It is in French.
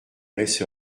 laisse